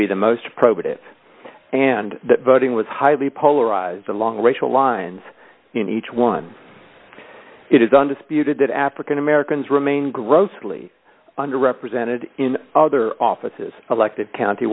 be the most appropriate and that voting was highly polarized along racial lines in each one it is undisputed that african americans remain grossly under represented in other offices elected county